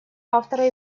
автора